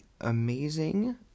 amazing